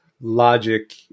logic